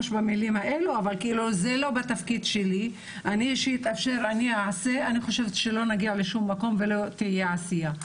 אני חושבת שלא נגיע לשום מקום ולא תהיה עשייה.